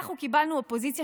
אנחנו קיבלנו אופוזיציה